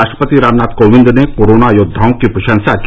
राष्ट्रपति रामनाथ कोविंद ने कोरोना योद्वाओं की प्रशंसा की